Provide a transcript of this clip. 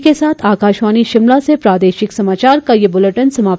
इसी के साथ आकाशवाणी शिमला से प्रादेशिक समाचार का ये बुलेटिन समाप्त हुआ